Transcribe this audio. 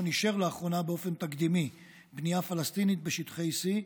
אישר לאחרונה באופן תקדימי בנייה פלסטינית בשטחי C,